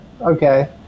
Okay